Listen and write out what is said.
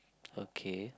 okay